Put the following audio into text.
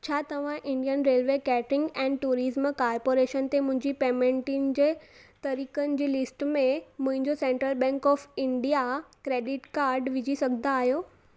छा तव्हां Indian railway catering and tourism corporation ते मुंहिंजी पेमेंटुनि जे तरिक़नि जी लिस्ट में मुंहिंजो central bank of India credit card विझी सघंदा आहियो